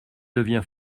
devient